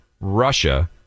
Russia